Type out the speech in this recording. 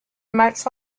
much